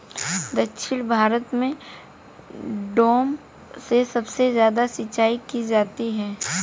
दक्षिण भारत में डैम से सबसे ज्यादा सिंचाई की जाती है